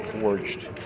forged